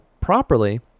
properly